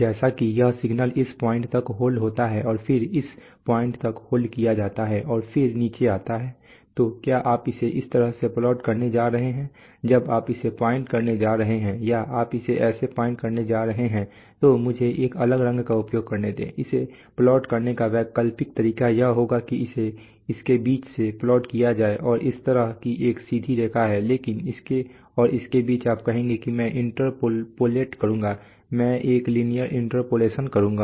जैसे कि यह सिग्नल इस प्वाइंट तक होल्ड होता है और फिर इस प्वाइंट तक होल्ड किया जाता है और फिर नीचे आता है तो क्या आप इसे इस तरह से प्लॉट करने जा रहे हैं जब आप इसे प्वाइंट करने जा रहे हैं या आप इसे ऐसे प्वाइंट करने जा रहे हैं तो मुझे एक अलग रंग का उपयोग करने दे इसे प्लॉट करने का वैकल्पिक तरीका यह होगा कि इसे इसके बीच से प्लॉट किया जाए और यह इस तरह की एक सीधी रेखा है लेकिन इसके और इसके बीच आप कहेंगे कि मैं इंटरपोलेट करूंगा मैं एक लीनियर इंटरपोलेशन करूंगा